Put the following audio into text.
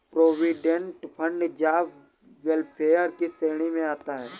provident fund job welfare की श्रेणी में आता है